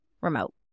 remote